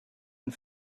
and